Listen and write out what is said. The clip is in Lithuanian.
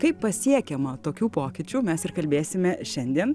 kaip pasiekiama tokių pokyčių mes ir kalbėsime šiandien